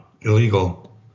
illegal